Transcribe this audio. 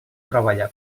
treballa